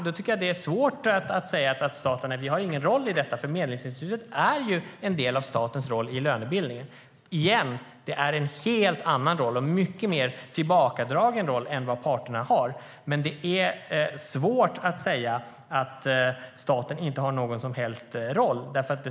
Då är det svårt att säga att staten inte har någon roll i detta. Medlingsinstitutet är en del av statens roll i lönebildningen. Det är, återigen, en helt annan och mycket mer tillbakadragen roll än parterna har. Men det är svårt att säga att staten inte har någon som helst roll.